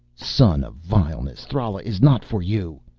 son of vileness, thrala is not for you.